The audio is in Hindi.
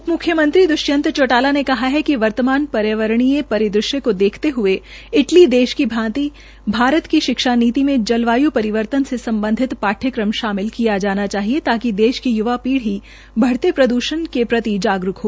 उप मुख्यमंत्री दृष्यंत चौटाला ने कहा है कि वर्तमान पर्यावरण पदिदृश्य को देखते हये इटली देश के भांति भारत की शिक्षा नीति में जलवाय् परिवर्तन से सम्बधित पाठ्यक्रम शामिल किया जाना चाहिए ताकि देश की य्वा पीढ़ी को बढ़ते प्रदूषण के प्रति जागरूक हो